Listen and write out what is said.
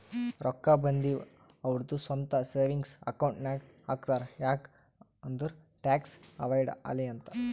ರೊಕ್ಕಾ ಬಂದಿವ್ ಅವ್ರದು ಸ್ವಂತ ಸೇವಿಂಗ್ಸ್ ಅಕೌಂಟ್ ನಾಗ್ ಹಾಕ್ತಾರ್ ಯಾಕ್ ಅಂದುರ್ ಟ್ಯಾಕ್ಸ್ ಅವೈಡ್ ಆಲಿ ಅಂತ್